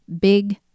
Big